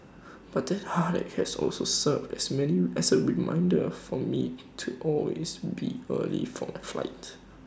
but that heartache has also served as many as A reminder for me to always be early for my flight